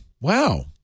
Wow